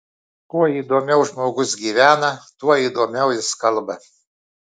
kuo įdomiau žmogus gyvena tuo įdomiau jis kalba